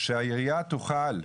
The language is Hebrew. שהעירייה תוכל,